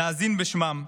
להזין בשמם.